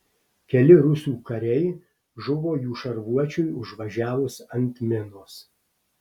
keli rusų kariai žuvo jų šarvuočiui užvažiavus ant minos